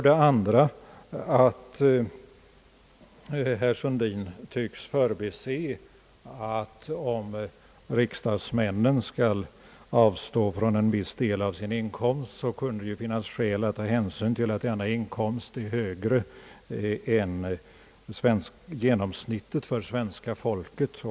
Den andra reflexionen var att herr Sundin tycks förbise att det, om riksdagsmännen skall avstå från en viss del av sin inkomst, kan finnas skäl att ta hänsyn till att denna inkomst är högre än genomsnittet för svenska folket.